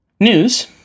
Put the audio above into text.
News